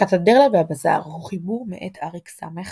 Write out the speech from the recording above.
הקתדרלה והבזאר הוא חיבור מאת אריק ס.